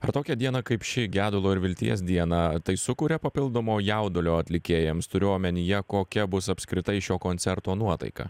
ar tokią dieną kaip ši gedulo ir vilties dieną tai sukuria papildomo jaudulio atlikėjams turiu omenyje kokia bus apskritai šio koncerto nuotaika